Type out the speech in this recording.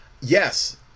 Yes